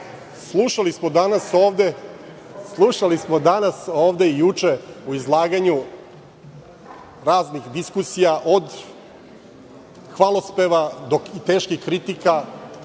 Vladu. Slušali smo danas ovde i juče u izlaganju raznih diskusija, od hvalospeva do teških kritika,